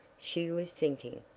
she was thinking.